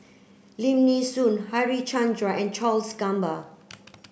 Lim Nee Soon Harichandra and Charles Gamba